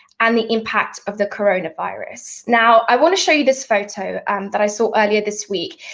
and the impact of the coronavirus. now, i wanna show you this photo that i saw earlier this week.